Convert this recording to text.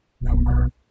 Number